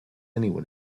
anyone